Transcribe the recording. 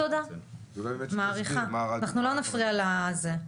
תודה, מעריכה, אנחנו לא נפריע לזה.